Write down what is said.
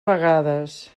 vegades